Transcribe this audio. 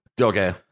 Okay